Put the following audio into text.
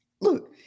look